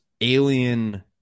alien